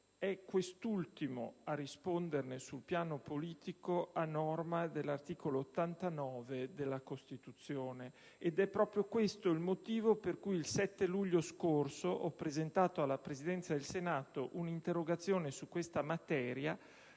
è quest'ultimo a risponderne sul piano politico, a norma dell'articolo 89 della Costituzione, ed è proprio questo il motivo per cui, il 7 luglio scorso, ho presentato alla Presidenza del Senato un'interrogazione su questa materia,